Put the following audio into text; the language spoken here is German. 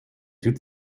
süd